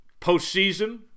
postseason